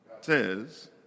says